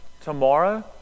Tomorrow